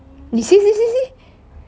you see see see see